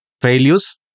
failures